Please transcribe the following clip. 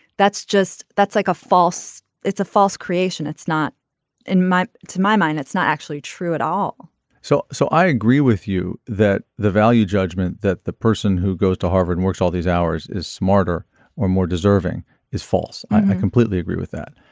that's just that's like a false. it's a false creation. it's not in my to my mind it's not actually true at all so. so i agree with you that the value judgment that the person who goes to harvard works all these hours is smarter or more deserving is false. i completely agree with that.